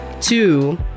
two